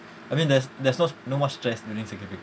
I mean there's there's no no more stress during circuit breaker